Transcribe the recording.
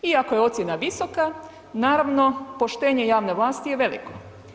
I ako je ocjena visoka, naravno, poštenje javne vlasti je veliko.